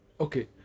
okay